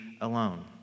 alone